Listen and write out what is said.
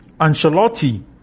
Ancelotti